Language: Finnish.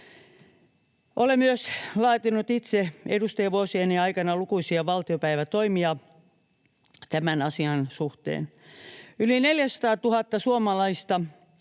Olen myös itse laatinut edustajavuosieni aikana lukuisia valtiopäivätoimia tämän asian suhteen. Yli 400 000 suomalaisella